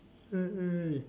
eh